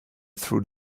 through